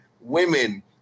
women